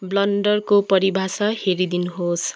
ब्लन्डरको परिभाषा हेरिदिनुहोस्